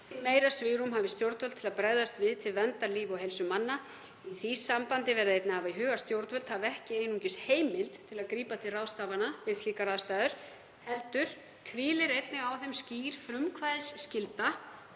því meira svigrúm hafi stjórnvöld til að bregðast við til verndar lífi og heilsu manna. Í því sambandi verði einnig að hafa í huga að stjórnvöld hafi ekki einungis heimild til að grípa til ráðstafana við slíkar aðstæður heldur hvíli einnig á þeim skýr frumkvæðisskylda